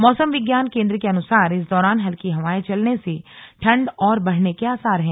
मौसम विज्ञान केन्द्र के अनुसार इस दौरान हल्की हवाएं चलने से ठंड और बढ़ने के आसार हैं